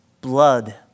blood